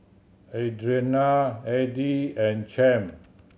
Audriana Eddy and Champ